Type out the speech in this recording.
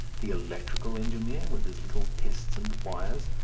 the electrical engineer with his little tests and wires,